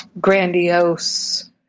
grandiose